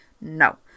No